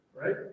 right